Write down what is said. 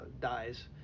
dies